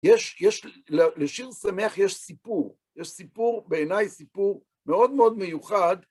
יש, יש, לשיר שמח יש סיפור, יש סיפור, בעיניי סיפור מאוד מאוד מיוחד.